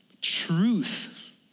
Truth